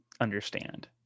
understand